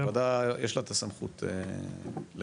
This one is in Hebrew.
לוועדה, יש לה את הסמכות לחוקק.